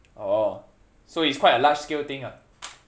oh so it's quite a large scale thing ah